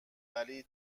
ولی